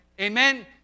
Amen